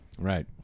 Right